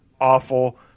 awful